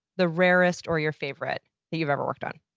the rarest or your favorite that you've ever worked on?